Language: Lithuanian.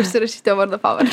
užsirašykit jo vardą pavardę